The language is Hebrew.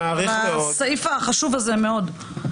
הסעיף החשוב הזה מאוד.